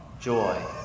joy